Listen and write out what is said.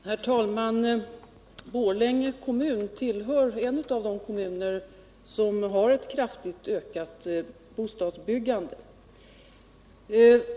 Herr talman! Borlänge kommun ären av de kommuner som har ett kraftigt ökat bostadsbyggande.